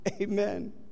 Amen